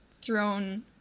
thrown